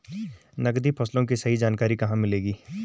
नकदी फसलों की सही जानकारी कहाँ मिलेगी?